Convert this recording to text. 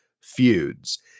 feuds